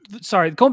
Sorry